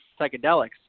psychedelics